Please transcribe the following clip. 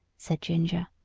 said ginger.